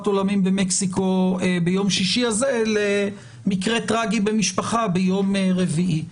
עולמים במקסיקו ביום שישי הזה למקרה טרגי במשפחה ביום רביעי.